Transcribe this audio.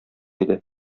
иде